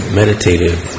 meditative